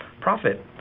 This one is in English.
profit